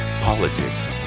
politics